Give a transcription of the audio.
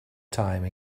time